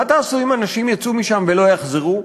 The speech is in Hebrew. מה תעשו אם אנשים יצאו משם ולא יחזרו?